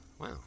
Wow